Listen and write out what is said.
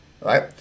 right